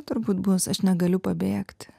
turbūt bus aš negaliu pabėgti